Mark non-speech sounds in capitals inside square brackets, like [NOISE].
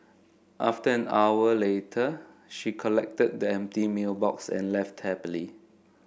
[UNINTELLIGIBLE] hour later she collected the empty meal box and left happily